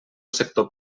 sector